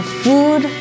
food